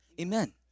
Amen